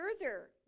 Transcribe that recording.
further